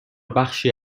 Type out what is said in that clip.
بخشی